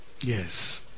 Yes